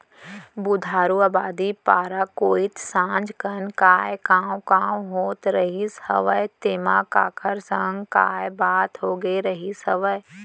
बुधारू अबादी पारा कोइत संझा कन काय कॉंव कॉंव होत रहिस हवय तेंमा काखर संग काय बात होगे रिहिस हवय?